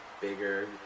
bigger